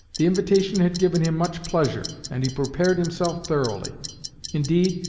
the invitation had given him much pleasure, and he prepared himself thoroughly indeed,